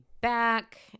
back